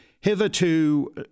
hitherto